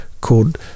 called